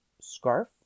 scarf